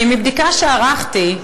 כי מבדיקה שערכתי,